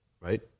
Right